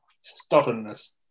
Stubbornness